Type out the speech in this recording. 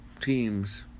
teams